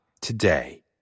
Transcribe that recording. today